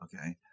Okay